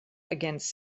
against